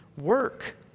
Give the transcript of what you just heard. work